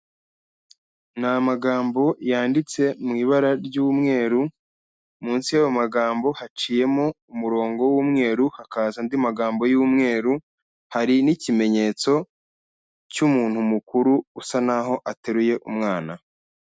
Ni amagambo yanditse mu ibara ry'umweru, munsi y'ayo magambo haciyemo umurongo w'umweru hakaza andi magambo y'umweru, hari n'ikimenyetso cy'umuntu mukuru usa n'aho ateruye umwana.